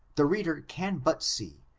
the reader can but see,